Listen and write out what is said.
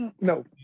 No